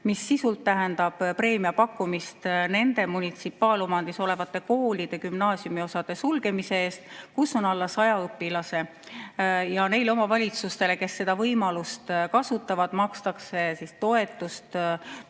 mis sisult tähendab preemia pakkumist nende munitsipaalomandis olevate koolide gümnaasiumiosade sulgemise eest, kus on alla 100 õpilase. Ja neile omavalitsustele, kes seda võimalust kasutavad, makstakse toetust